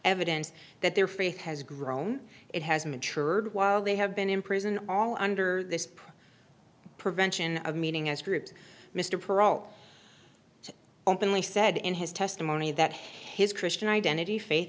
evidence that their faith has grown it has matured while they have been in prison all under this pressure prevention of meeting as groups mr perot openly said in his testimony that his christian identity faith